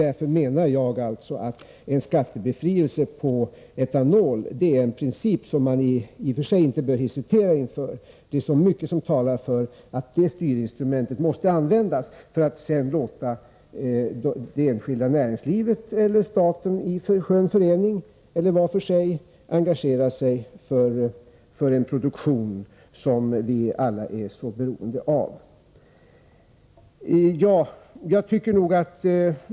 Därför menar jag att skattebefrielse för etanol inte är en princip som vi bör hesitera inför. Det finns så mycket som talar för att detta styrinstrument måste användas, för att vi sedan skall låta det enskilda näringslivet eller staten, var för sig eller i skön förening, engagera sig för en produktion som vi alla är så beroende av.